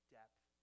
depth